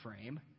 frame